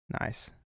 Nice